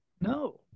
No